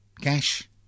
Cash